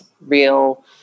real